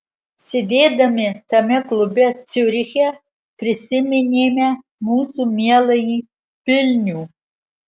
sėdėdami tame klube ciuriche prisiminėme mūsų mieląjį vilnių